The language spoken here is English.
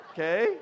Okay